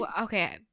okay